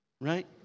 right